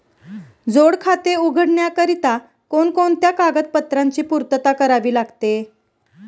जोड खाते उघडण्याकरिता कोणकोणत्या कागदपत्रांची पूर्तता करावी लागते?